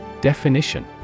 Definition